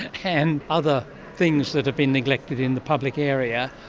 and other things that have been neglected in the public area.